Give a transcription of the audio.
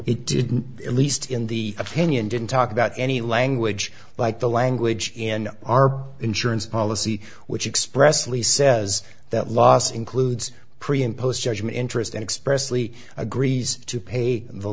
it didn't at least in the opinion didn't talk about any language like the language in our insurance policy which expressly says that loss includes pre and post judgment interest expressly agrees to pay the